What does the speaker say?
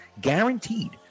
guaranteed